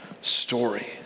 story